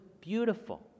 beautiful